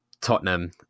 Tottenham